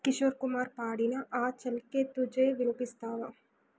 కిషోర్ కుమార్ పాడిన ఆ చల్కే తుజే వినిపిస్తావా